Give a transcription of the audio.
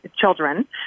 children